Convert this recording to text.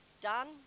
done